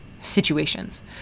situations